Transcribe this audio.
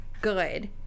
good